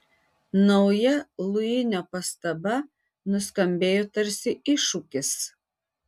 nauja luinio pastaba nuskambėjo tarsi iššūkis